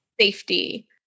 safety